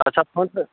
ଆଚ୍ଛା ଫ୍ରଣ୍ଟ ପେଜ